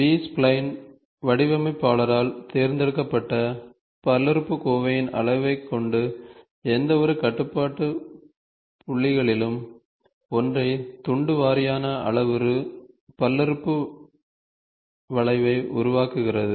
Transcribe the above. B spline வடிவமைப்பாளரால் தேர்ந்தெடுக்கப்பட்ட பல்லுறுப்புக்கோவையின் அளவைக் கொண்டு எந்தவொரு கட்டுப்பாட்டு புள்ளிகளிலும் ஒற்றை துண்டு வாரியான அளவுரு பல்லுறுப்புறுப்பு வளைவை உருவாக்குகிறது